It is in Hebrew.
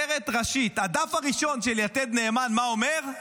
מה אומר הדף הראשון של יתד נאמן, כותרת ראשית?